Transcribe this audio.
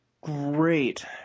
great